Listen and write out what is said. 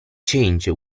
change